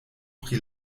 pri